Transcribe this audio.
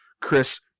Chris